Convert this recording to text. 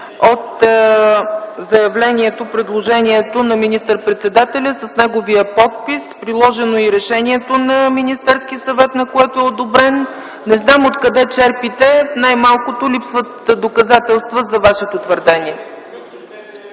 от заявлението, предложението на министър-председателя с неговия подпис. Приложено е и решението на Министерския съвет, на което е одобрен. Не зная откъде черпите... Най-малкото липсват доказателства за Вашето твърдение.